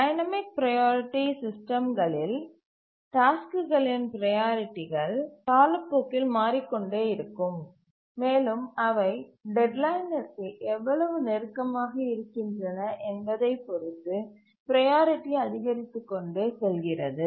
dynamic priority சிஸ்டம்களில் டாஸ்க்குகளின் ப்ரையாரிட்டிகள் காலப்போக்கில் மாறிக்கொண்டே இருக்கும் மேலும் அவை டெட்லைனிற்கு எவ்வளவு நெருக்கமாக இருக்கின்றன என்பதைப் பொறுத்து ப்ரையாரிட்டி அதிகரித்துக்கொண்டே செல்கிறது